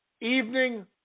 evening